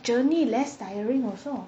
journey less tiring also